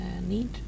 need